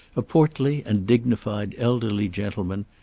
a portly and dignified elderly gentleman,